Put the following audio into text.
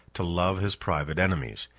to love his private enemies,